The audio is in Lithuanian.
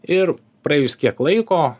ir praėjus kiek laiko